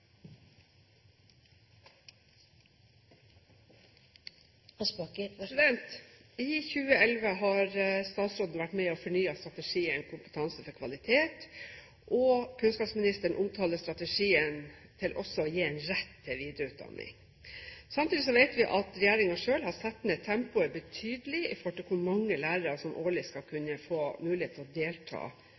I 2011 har statsråden vært med og fornyet strategien Kompetanse for kvalitet, og kunnskapsministeren omtaler strategien til også å gi rett til videreutdanning. Samtidig vet vi at regjeringen selv har satt ned tempoet betydelig i forhold til hvor mange lærere som årlig skal kunne få mulighet til å delta